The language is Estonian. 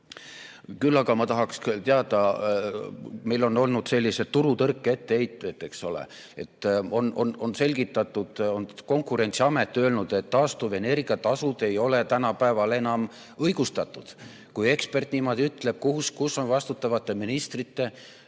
Küll aga ma tahaksin teada [üht asja]. Meil on olnud sellised turutõrke etteheited, eks ole. On selgitatud, et Konkurentsiamet on öelnud, et taastuvenergia tasud ei ole tänapäeval enam õigustatud. Kui ekspert niimoodi ütleb, kus on vastutavate ministrite